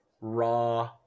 Raw